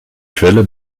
quelle